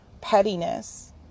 pettiness